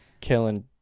killing